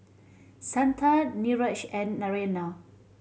Santha Niraj and Narayana